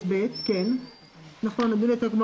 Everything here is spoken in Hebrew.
העלה שאלות מדיניות,